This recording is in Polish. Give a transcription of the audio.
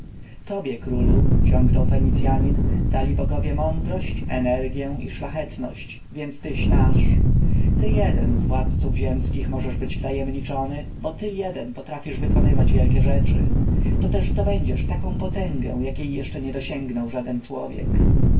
tobie królu ciągnął fenicjanin dali bogowie mądrość energję i szlachetność więc tyś nasz ty jeden z władców ziemskich możesz być wtajemniczony bo ty jeden potrafisz wykonywać wielkie rzeczy to też zdobędziesz taką potęgę jakiej jeszcze nie dosięgnął żaden człowiek